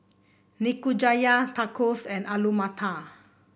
Nikujaga Tacos and Alu Matar